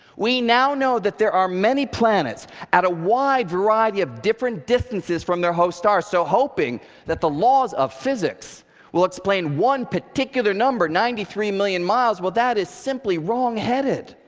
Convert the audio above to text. we now know that there are many planets at a wide variety of different distances from their host stars. so hoping that the laws of physics will explain one particular number, ninety three million miles, well that is simply wrongheaded.